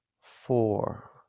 four